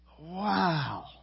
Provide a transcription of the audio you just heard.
Wow